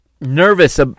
nervous